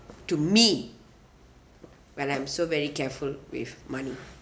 to me when I'm so very careful with money